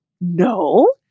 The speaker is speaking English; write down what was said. No